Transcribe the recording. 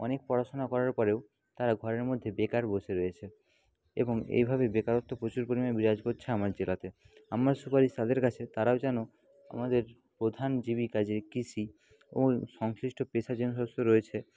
অনেক পড়াশোনা করার পরেও তারা ঘরের মধ্যে বেকার বসে রয়েছে এবং এইভাবে বেকারত্ব প্রচুর পরিমাণে বিরাজ করছে আমার জেলাতে আমার সুপারিশ তাদের কাছে তারাও যেন আমাদের প্রধান জীবিকা যে কৃষি ও সংশ্লিষ্ট পেশা যে সমস্ত রয়েছে